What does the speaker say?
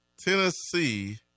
Tennessee